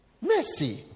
mercy